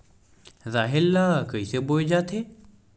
राहेर ल कइसे बोय जाथे?